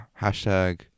Hashtag